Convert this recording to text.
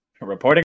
Reporting